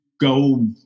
go